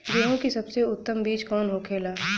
गेहूँ की सबसे उत्तम बीज कौन होखेला?